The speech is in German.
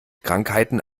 krankheiten